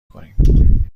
کنیم